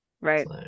Right